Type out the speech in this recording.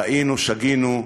טעינו, שגינו,